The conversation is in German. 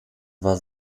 war